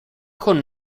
con